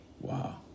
Wow